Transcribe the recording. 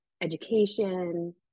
education